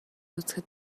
үзэхэд